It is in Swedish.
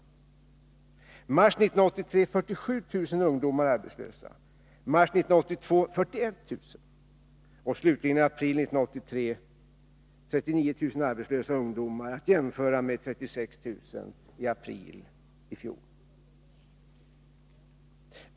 I mars 1983 var 47 000 ungdomar arbetslösa — i mars 1982 var det 41 000. Slutligen: I april 1983 var 39 000 ungdomar arbetslösa — att jämföra med 36 000 i april i fjol.